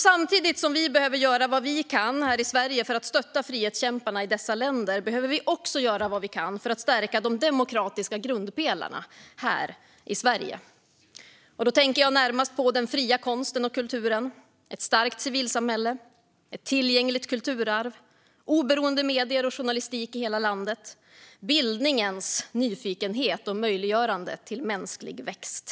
Samtidigt som vi behöver göra vad vi kan här i Sverige för att stötta frihetskämparna i dessa länder behöver vi göra vad vi kan för att stärka de demokratiska grundpelarna här i Sverige. Då tänker jag närmast på den fria konsten och kulturen, ett starkt civilsamhälle, ett tillgängligt kulturarv, oberoende medier och journalistik i hela landet, bildningens nyfikenhet och möjliggörandet för mänsklig växt.